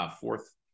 fourth